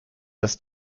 das